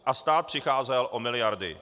A stát přicházel o miliardy.